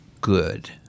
good